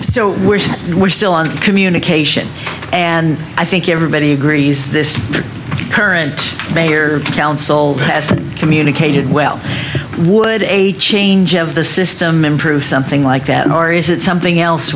so we're still on communication and i think everybody agrees this current mayor council has communicated well would a change of the system improve something like that or is it something else